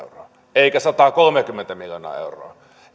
eikä sataakolmeakymmentä miljoonaa euroa